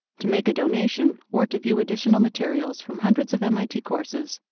to make a donation or to view additional materials from hundreds of mit courses,